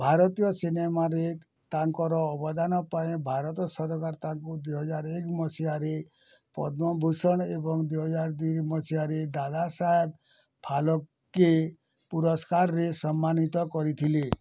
ଭାରତୀୟ ସିନେମାରେ ତାଙ୍କର ଅବଦାନ ପାଇଁ ଭାରତ ସରକାର ତାଙ୍କୁ ଦୁଇ ହଜାର ଏକ ମସିହାରେ ପଦ୍ମଭୂଷଣ ଏବଂ ଦୁଇ ହଜାର ଦୁଇ ମସିହାରେ ଦାଦାସାହେବ ଫାଲକେ ପୁରସ୍କାରରେ ସମ୍ମାନିତ କରିଥିଲେ